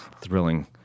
Thrilling